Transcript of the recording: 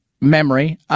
memory